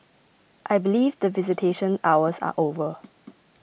I believe the visitation hours are over